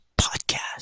Podcast